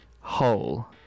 whole